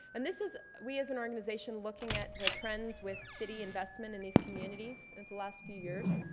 and this is, we as an organization looking at the trends with city investment in these communities and the last few years.